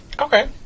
Okay